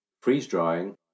freeze-drying